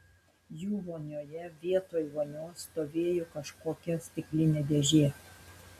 jų vonioje vietoj vonios stovėjo kažkokia stiklinė dėžė